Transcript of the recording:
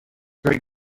great